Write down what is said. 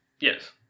Yes